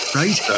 right